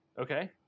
Okay